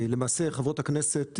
למעשה חברות הכנסת,